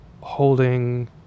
holding